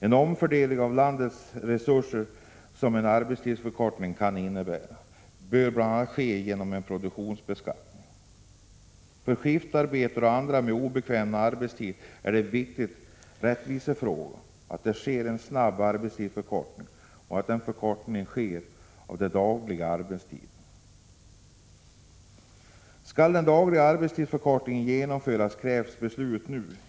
En omfördelning av landets resurser, som en arbetstidsförkortning kan innebära, bör bl.a. ske genom en produktionsbeskattning. För skiftarbetare och andra med obekväm arbetstid är det en viktig rättvisefråga att det sker en snabb arbetstidsförkortning och att förkortningen sker av den dagliga arbetstiden. Skall en daglig arbetstidsförkortning genomföras krävs beslut nu.